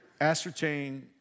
ascertain